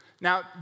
Now